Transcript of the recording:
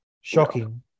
shocking